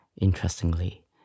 interestingly